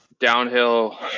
downhill